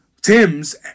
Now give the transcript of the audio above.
Tim's